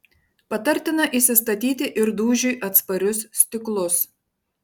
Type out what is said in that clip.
patartina įsistatyti ir dūžiui atsparius stiklus